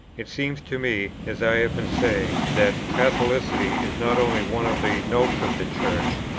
it seems to me, as i have been saying, that catholicity is not only one of the notes of the church,